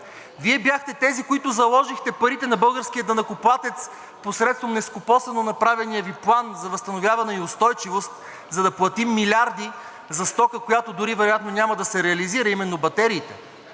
Вие бяхте тези, които заложихте парите на българския данъкоплатец посредством нескопосано направения Ви План за възстановяване и устойчивост, за да платим милиарди за стока, която дори вероятно няма да се реализира – именно батериите.